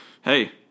hey